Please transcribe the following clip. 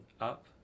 up